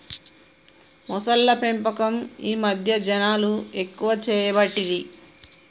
మొసళ్ల పెంపకం ఈ మధ్యన జనాలు ఎక్కువ చేయబట్టిరి